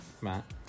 Matt